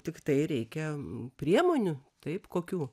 tiktai reikia m priemonių taip kokių